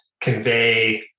convey